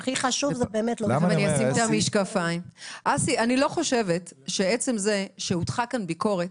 לא חושבת שעצם זה שהוטחה כאן ביקורת,